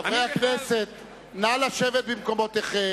חברי הכנסת, נא לשבת במקומותיכם.